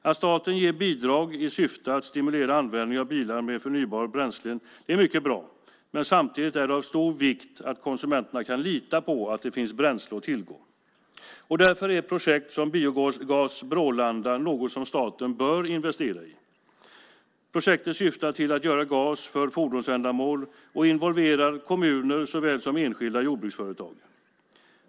Att staten ger bidrag i syfte att stimulera användningen av bilar med förnybara bränslen är mycket bra. Men samtidigt är det av stor vikt att konsumenterna kan lita på att det finns bränsle att tillgå. Därför är projekt som Biogas Brålanda något som staten bör investera i. Projektet syftar till att göra gas för fordonsändamål och involverar kommuner såväl som enskilda jordbruksföretag.